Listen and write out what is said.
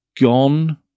gone